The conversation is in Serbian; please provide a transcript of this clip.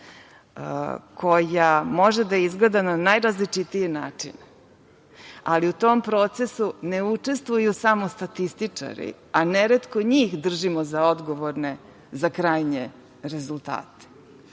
koja može da izgleda na najrazličitiji način, ali u tom procesu ne učestvuju samo statističari, a neretko njih držimo za odgovorne za krajnje rezultate. Ono